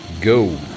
go